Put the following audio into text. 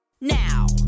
now